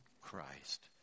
Christ